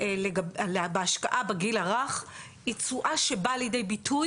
התשואה בהשקעה בגיל הרך היא תשואה שבאה לידי ביטוי,